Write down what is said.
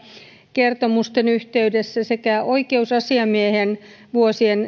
kertomusten yhteydessä sekä oikeusasiamiehen vuosien